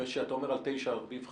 בגלל שאתה אומר על תשעה עד 45 קילומטר.